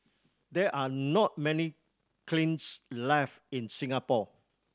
there are not many kilns left in Singapore